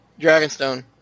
Dragonstone